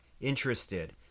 interested